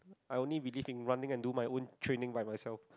I only believe in running and do my own training by myself